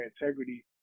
integrity